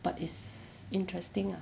but it's interesting ah